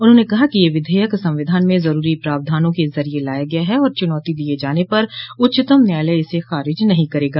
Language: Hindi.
उन्होंने कहा कि यह विधेयक संविधान में जरूरी प्रावधानों के जरिये लाया गया है और चुनौतो दिये जाने पर उच्चतम न्यायालय इसे खारिज नहीं करेगा